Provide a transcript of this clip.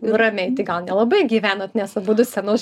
ramiai tai gal nelabai gyvenat nes abudu scenos